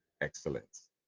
excellence